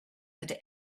had